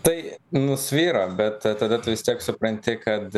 tai nusvyra bet tada tu vis tiek supranti kad